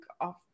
off